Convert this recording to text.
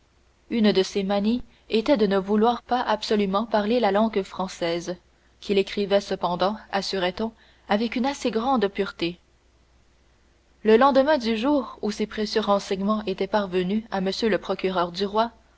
une de ses manies était de ne vouloir pas absolument parler la langue française qu'il écrivait cependant assurait on avec une assez grande pureté le lendemain du jour où ces précieux renseignements étaient parvenus à m le procureur du roi